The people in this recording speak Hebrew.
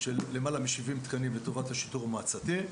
של למעלה מ-70 תקנים לטובת השיטור המועצתי,